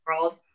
world